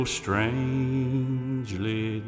strangely